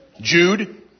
Jude